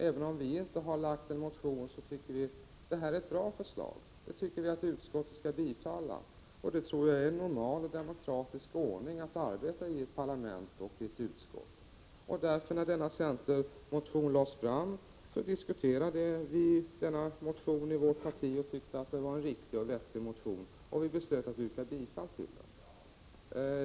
Även om vi inte har väckt någon motion i en fråga, kan vi finna att ett förslag som gäller den frågan är bra. Då tycker vi att utskottet skall tillstyrka det. Jag tror att det sättet att arbeta i ett parlament och i ett utskott är i enlighet med normal demokratisk ordning. När denna centermotion lades fram diskuterade vi den i vårt parti och kom fram till att det var en riktig och vettig motion. Vi beslöt därför att yrka bifall till den.